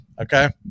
Okay